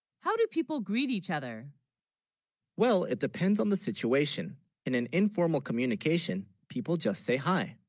how, do people greet each other well it depends on the situation in an informal communication people just say hi